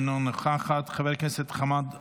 אינה נוכחת, חבר הכנסת חמד עמאר,